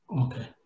Okay